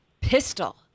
pistol